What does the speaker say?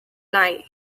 night